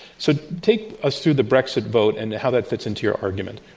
so, take us through the brexit vote and how that fits into your argument.